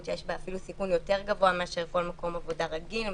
שיש בה סיכון אפילו יותר גבוה מכל מקום עבודה רגיל.